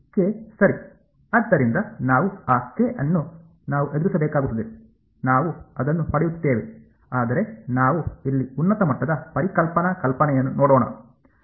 K ಸರಿ ಆದ್ದರಿಂದ ನಾವು ಆ ಕೆ ಅನ್ನು ನಾವು ಎದುರಿಸಬೇಕಾಗುತ್ತದೆ ನಾವು ಅದನ್ನು ಪಡೆಯುತ್ತೇವೆ ಆದರೆ ನಾವು ಇಲ್ಲಿ ಉನ್ನತ ಮಟ್ಟದ ಪರಿಕಲ್ಪನಾ ಕಲ್ಪನೆಯನ್ನು ನೋಡೋಣ